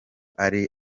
ari